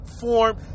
form